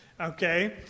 okay